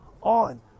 on